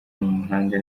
mihanda